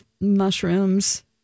mushrooms